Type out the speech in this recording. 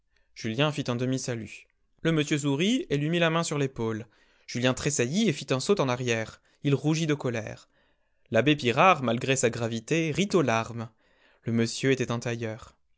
julien fit un demi salut le monsieur sourit et lui mit la main sur l'épaule julien tressaillit et fit un saut en arrière il rougit de colère l'abbé pirard malgré sa gravité rit aux larmes le monsieur était un tailleur